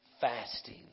fasting